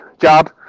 job